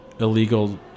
illegal